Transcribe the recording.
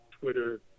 Twitter